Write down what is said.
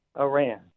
Iran